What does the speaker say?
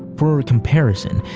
for comparison,